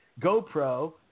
GoPro